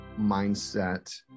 mindset